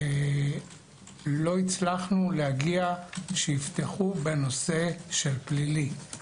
לא הצלחנו להגיע, שיפתחו בנושא של פלילי.